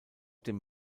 dem